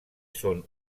són